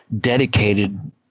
dedicated